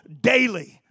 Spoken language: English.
daily